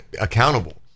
accountable